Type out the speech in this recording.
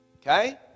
Okay